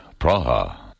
Praha